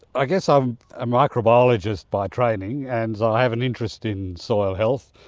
i guess i am a microbiologist by training and so i have an interest in soil health,